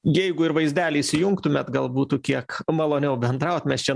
jeigu ir vaizdelį įsijungtumėt gal būtų kiek maloniau bendraut mes čia